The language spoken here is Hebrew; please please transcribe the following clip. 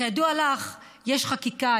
כידוע לך, יש חקיקה.